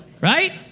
Right